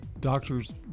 Doctor's